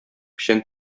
печән